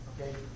okay